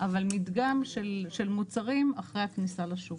אבל מדגם של מוצרים אחרי הכניסה לשוק.